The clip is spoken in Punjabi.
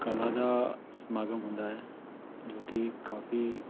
ਕਲਾ ਦਾ ਸਮਾਗਮ ਹੁੰਦਾ ਹੈ ਜੋ ਕਿ ਕਾਫੀ